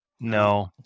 no